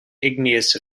igneous